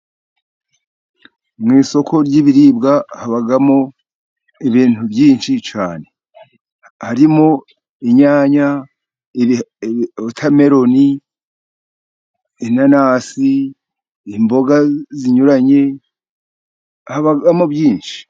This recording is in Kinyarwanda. Mu isoko ry'ibiribwa habamo ibintu byinshi cyane. Harimo inyanya, wotameloni, inanasi, imboga zinyuranye, habamo byinshi.